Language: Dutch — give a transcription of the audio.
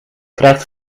krijgt